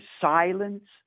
silence